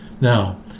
Now